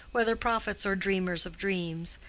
whether prophets or dreamers of dreams,